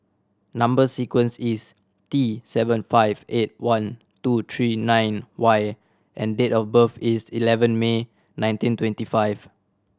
number sequence is D seven five eight one two three nine Y and date of birth is eleven May nineteen twenty five